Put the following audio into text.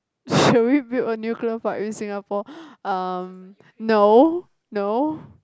shall we build a nuclear field in Singapore um no no